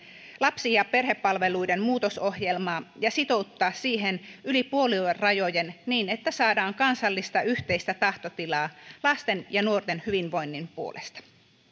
lapsi ja perhepalveluiden muutosohjelmaa ja sitouttaa siihen yli puoluerajojen niin että saadaan kansallista yhteistä tahtotilaa lasten ja nuorten hyvinvoinnin puolesta